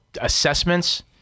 assessments